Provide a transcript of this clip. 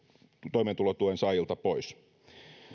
toimeentulotuen saajilta pois